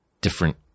different